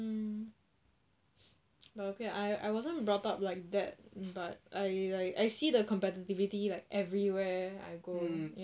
but okay I I wasn't brought up like that but I like I see the competitivity like everywhere I go ya